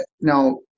Now